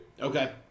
Okay